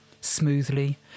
Smoothly